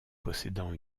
possédant